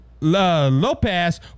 Lopez